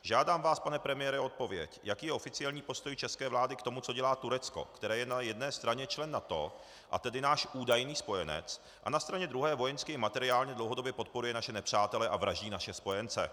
Žádám vás, pane premiére, o odpověď, jaký je oficiální postoj české vlády k tomu, co dělá Turecko, které je na jedné straně člen NATO, a tedy náš údajný spojenec, a na straně druhé vojensky i materiálně dlouhodobě podporuje naše nepřátele a vraždí naše spojence.